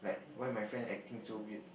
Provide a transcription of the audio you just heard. why my friend acting so weird